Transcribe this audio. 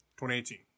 2018